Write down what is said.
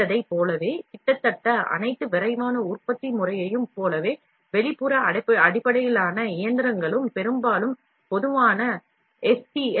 extrusion அடிப்படையிலான இயந்திரங்கள் பெரும்பாலும் பொதுவான எஸ்